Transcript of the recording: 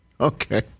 okay